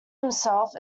itself